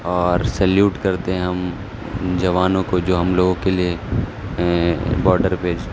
اور سیلیوٹ کرتے ہیں ہم جوانوں کو جو ہم لوگوں کے لیے باڈر پیج